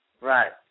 Right